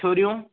छुरियूं